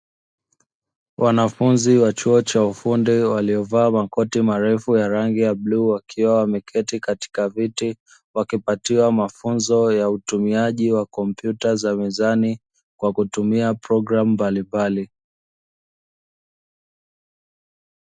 Wanafunzi wa chuo cha ufundi, waliovaa makoti marefu ya rangi ya bluu, wakiwa wameketi katika viti wakipatiwa mafunzo ya utumiaji wa kompyuta za mezani, kwa kutumia programu mbalimbali.